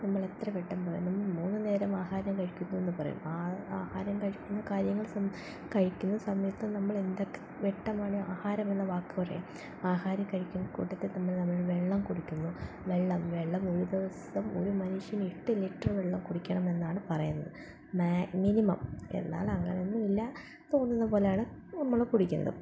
നമ്മളെത്ര വട്ടം പറയും നമ്മൾ മൂന്ന് നേരം ആഹാരം കഴിക്കുന്നു എന്ന് പറയും ആ ആഹാരം കഴിക്കുന്ന കാര്യങ്ങൾ കഴിക്കുന്ന സമയത്ത് നമ്മൾ എന്തൊക്കെ വട്ടമാണ് ആഹാരമെന്ന വാക്ക് പറയുക ആഹാരം കഴിക്കുന്ന കൂട്ടത്തിൽ തന്നെ നമ്മൾ നമ്മൾ വെള്ളം കുടിക്കുന്നു വെള്ളം വെള്ളം ഒരു ദിവസം ഒരു മനുഷ്യന് എട്ട് ലിറ്റർ വെള്ളം കുടിക്കണമെന്നാണ് പറയുന്നത് മിനിമം എന്നാൽ അങ്ങനെയൊന്നും ഇല്ല തോന്നുന്ന പോലെയാണ് നമ്മൾ കുടിക്കുന്നത്